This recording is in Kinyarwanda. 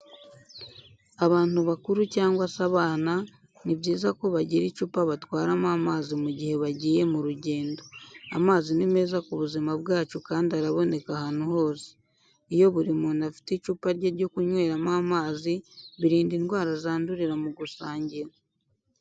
Abantu bakuru cyangwa se abana ni byiza ko bagira icupa batwaramo amazi mu gihe bagiye mu rugendo. Amazi ni meza ku buzima bwacu kandi araboneka ahantu hose. Iyo buri muntu afite icupa rye ryo kunyweramo amazi birinda indwara zandurira mu gusangira.